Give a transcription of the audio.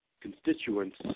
constituents